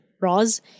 Roz